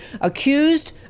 accused